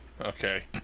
Okay